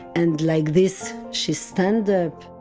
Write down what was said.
and like this, she stand up.